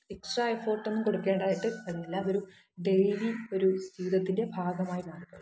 extra എഫോർട്ടൊന്നും കൊടുക്കേണ്ടാതായിട്ട് വരുന്നില്ല അതൊരു ഡെയിലി ഒരു ജീവിതത്തിന്റെ ഭാഗമായി മാറിക്കഴിഞ്ഞു